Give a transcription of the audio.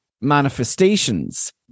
manifestations